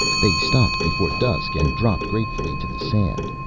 they stopped before dusk and dropped gratefully to the sand.